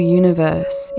universe